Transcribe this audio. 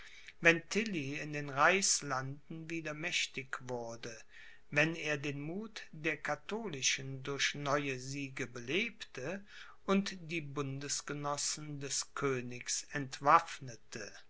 wenn tilly in den reichslanden wieder mächtig wurde wenn er den muth der katholischen durch neue siege belebte und die bundesgenossen des königs entwaffnete